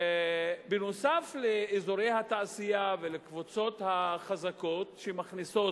נוסף על אזורי התעשייה והקבוצות החזקות שמכניסים